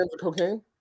cocaine